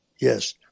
yes